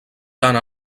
tant